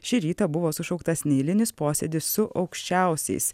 šį rytą buvo sušauktas neeilinis posėdis su aukščiausiais